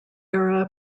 era